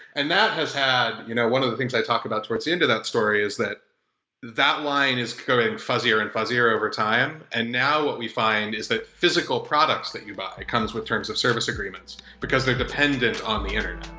and that has had you know one of the things i talked about towards the end of that story is that that line is going fuzzier and fuzzier over time and now what we find is the physical products that you buy comes with terms of service agreements, because they're dependent on the internet.